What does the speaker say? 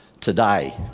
today